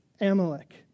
Amalek